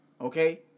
Okay